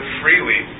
freely